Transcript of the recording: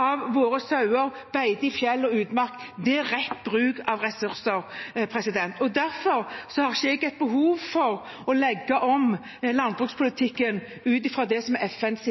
av våre sauer beiter i fjell og utmark. Det er rett bruk av ressurser. Derfor har ikke jeg behov for å legge om landbrukspolitikken ut fra det som er